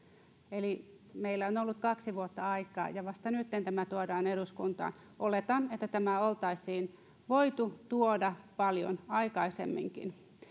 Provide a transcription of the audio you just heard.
eli meillä on on ollut kaksi vuotta aikaa ja vasta nytten tämä tuodaan eduskuntaan oletan että tämä oltaisiin voitu tuoda paljon aikaisemminkin